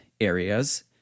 areas